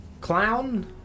clown